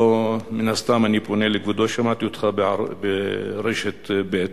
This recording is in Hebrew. לא סתם אני פונה לכבודו, שמעתי אותך ברשת ב'.